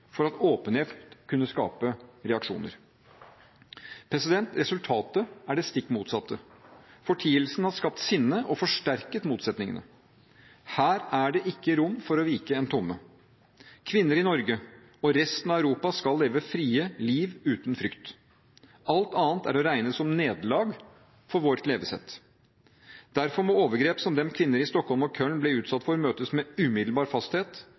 for at åpenhet kunne skape reaksjoner. Resultatet er det stikk motsatte. Fortielsen har skapt sinne og forsterket motsetningene. Her er det ikke rom for å vike en tomme. Kvinner i Norge og i resten av Europa skal leve frie liv uten frykt. Alt annet er å regne som nederlag for vårt levesett. Derfor må overgrep som dem kvinner i Stockholm og i Köln ble utsatt for, møtes med umiddelbar fasthet